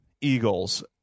Eagles